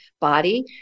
body